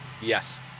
Yes